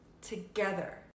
together